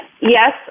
yes